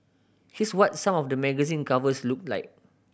here's what some of the magazine covers looked like